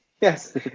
Yes